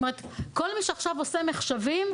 כל מי שעכשיו עושה חושבים,